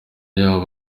yaho